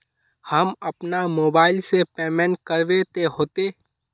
हम अपना मोबाईल से पेमेंट करबे ते होते?